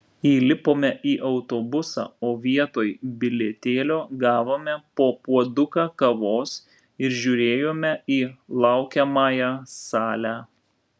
įlipome į autobusą o vietoj bilietėlio gavome po puoduką kavos ir žiūrėjome į laukiamąją salę